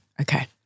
Okay